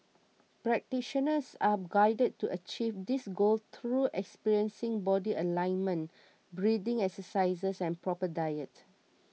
practitioners are guided to achieve this goal through experiencing body alignment breathing exercises and proper diet